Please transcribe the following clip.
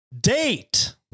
date